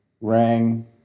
rang